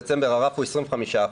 דצמבר הרף הוא 25%,